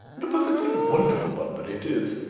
and a perfectly wonderful bunbury it is.